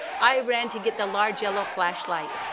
i ran to get the large yellow flashlight.